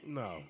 no